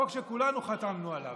חוק שכולנו חתמנו עליו.